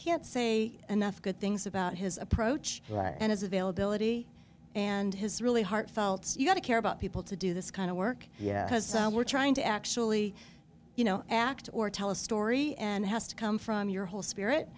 can't say enough good things about his approach and his availability and his really heartfelt you've got to care about people to do this kind of work yeah because we're trying to actually you know act or tell a story and has to come from your whole spirit